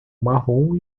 marrom